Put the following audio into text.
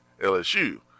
LSU